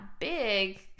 big